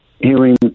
hearing